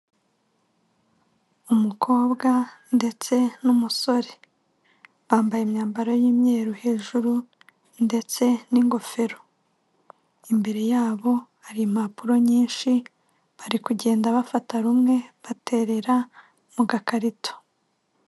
Umukobwa ndetse n'umusore bambaye imyambaro y'imyeru hejuru ndetse n'ingofero, imbere yabo hari impapuro nyinshi bari kugenda bafata rumwe baterera mu gakarito.